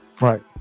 right